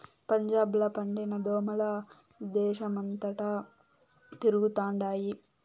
పంజాబ్ ల పండిన గోధుమల దేశమంతటా తిరుగుతండాయి